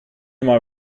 mal